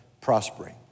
prospering